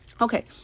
Okay